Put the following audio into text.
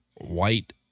white